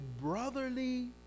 brotherly